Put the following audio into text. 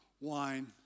wine